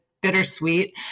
bittersweet